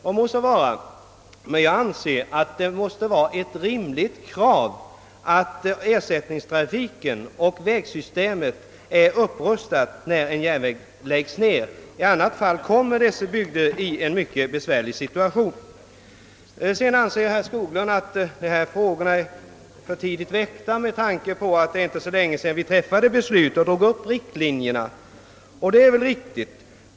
Det må så vara, men jag anser att det måste vara ett rimligt krav att ersättningstrafiken är ordnad och vägsystemet är upprustat innan en järnväg läggs ned. I annat fall råkar de berörda bygderna in i en mycket svår situation. Herr Skoglund ansåg vidare att dessa frågor är för tidigt väckta med tanke på att det inte är så länge sedan som vi fattade beslut om och drog upp riktlinjerna för den statliga trafikpolitiken.